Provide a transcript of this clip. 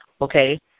okay